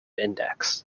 index